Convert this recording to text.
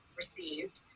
received